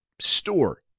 store